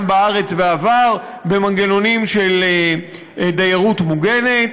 בארץ בעבר במנגנונים של דיירות מוגנת,